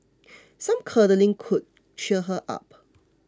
some cuddling could cheer her up